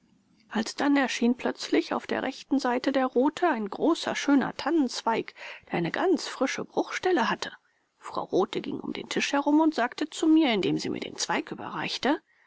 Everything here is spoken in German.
alsdann erschien plötzlich auf der rechten seite der rothe ein großer schöner tannenzweig der eine ganz frische bruchstelle hatte frau rothe ging um den tisch herum und sagte zu mir indem sie mir den zweig überreichte